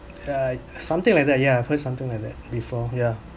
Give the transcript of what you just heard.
yeah something like that ya I've heard something like that before yeah